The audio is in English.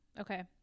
okay